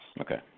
Okay